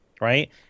right